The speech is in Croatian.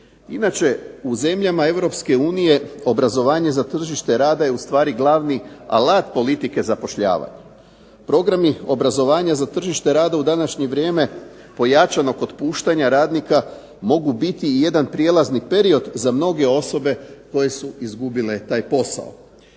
Inače u zemljama Europske unije obrazovanje za tržište rada je u stvari glavni alat politike zapošljavanja. Programi obrazovanja za tržište rada u današnje vrijeme pojačanog otpuštanja radnika mogu biti i jedan prijelazni period za mnoge osobe koje su izgubile taj posao.